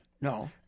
No